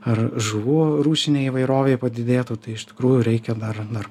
ar žuvų rūšinė įvairovė padidėtų tai iš tikrųjų reikia dar dar